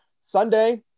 Sunday